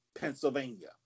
Pennsylvania